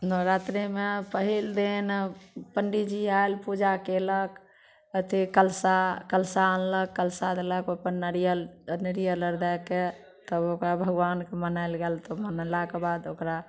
नवरात्रीमे पहिल दिन पंडीजी आएल पूजा कयलक अथी कलशा कलशा अनलक कलशा देलक ओहिपर नरियल नरियल अर दए के तब ओकरा भगवानके मनाएल गेल तब मनेलाके बाद ओकरा